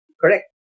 Correct